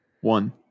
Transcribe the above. One